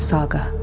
Saga